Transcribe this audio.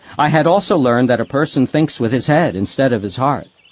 i had also learned that a person thinks with his head instead of his heart.